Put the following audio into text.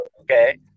okay